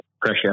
pressure